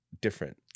different